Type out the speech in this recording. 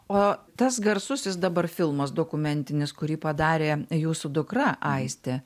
o tas garsusis dabar filmas dokumentinis kurį padarė jūsų dukra aistė